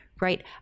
right